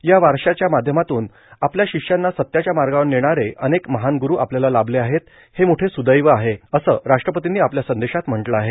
या वारशाच्या माध्यमातून आपल्या शिष्यांना सत्याच्या मार्गावर नेणारे अनेक महान गुरू आपल्याला लाभले आहेत हे मोठे सुदैव आहे असं राष्ट्रपर्तींनी आपल्या संदेशात म्हटलं आहे